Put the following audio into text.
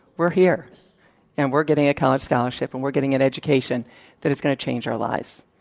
we're here and we're getting a college scholarship and we're getting an education that is going to change our lives.